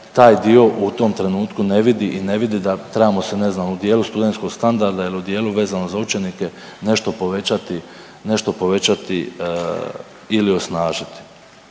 taj dio u tom trenutku ne vidi i ne vidi da trebamo se, ne znam, u dijelu studentskog standarda ili u dijelu vezano za učenike nešto povećati, nešto